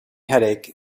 headache